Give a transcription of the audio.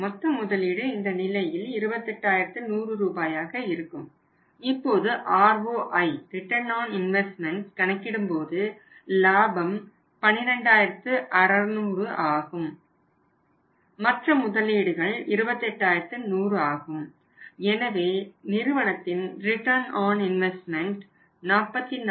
மொத்த முதலீடு இந்த நிலையில் 28100 ரூபாயாக இருக்கும் இப்போது ROI ரிட்டன் ஆன் இன்வெஸ்ட்மெண்ட் 44